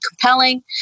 compelling